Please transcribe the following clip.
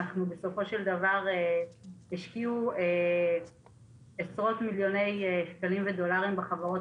בסופו של דבר השקיעו עשרות מיליוני שקלים ודולרים בחברות